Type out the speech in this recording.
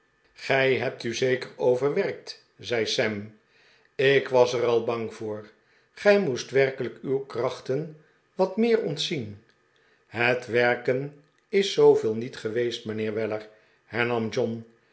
gij hebt u zeker overwerkt zei sam ik was er al bang voor gij moest werkelijk uw krachten wat meer ontzien het werken is zooveel niet geweest mijnheer weller hernam john